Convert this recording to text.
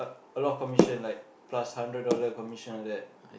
a lot of commission like plus hundred dollar commission like that